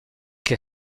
que